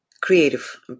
Creative